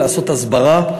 לעשות הסברה,